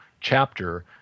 chapter